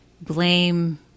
Blame